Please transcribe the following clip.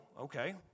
Okay